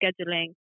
scheduling